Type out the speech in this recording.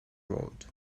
road